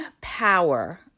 power